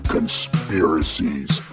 Conspiracies